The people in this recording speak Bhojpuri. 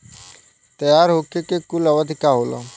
तैयार होखे के कूल अवधि का होला?